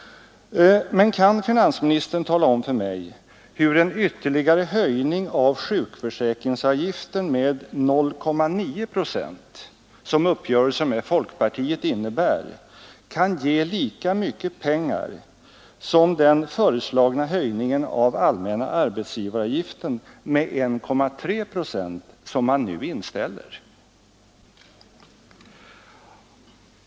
Kan finansministern tala om för mig hur en ytterligare höjning av sjukförsäkringsavgiften med 0,9 procent, vilket uppgörelsen med folkpartiet innebär, kan ge lika mycket pengar som den föreslagna höjning av allmänna arbetsgivaravgiften med 1,3 procent som nu inställs?